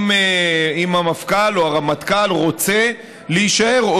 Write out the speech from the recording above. אם המפכ"ל או הרמטכ"ל רוצה להישאר,